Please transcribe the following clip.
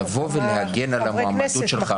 לבוא ולהגן על המועמדות שלך,